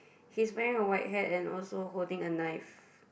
he's wearing a white hat and also holding a knife